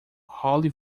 holly